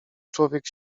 człowiek